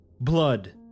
Blood